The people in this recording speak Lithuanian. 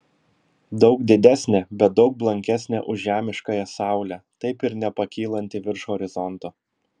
daug didesnė bet daug blankesnė už žemiškąją saulę taip ir nepakylanti virš horizonto